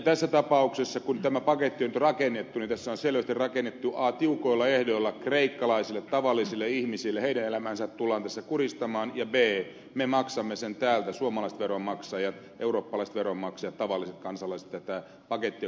tässä tapauksessa kun tämä paketti on nyt rakennettu niin a tässä on selvästi rakennettu sitä tiukoilla ehdoilla kreikkalaisille tavallisille ihmisille heidän elämäänsä tullaan tässä kuristamaan b me suomalaiset veronmaksajat eurooppalaiset veronmaksajat tavalliset kansalaiset maksamme tätä pakettia joka on rakennettu